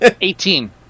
Eighteen